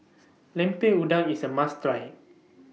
Lemper Udang IS A must Try